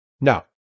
No